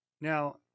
Now